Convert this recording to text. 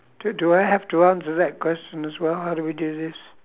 do do I have to answer that question as well how do we do this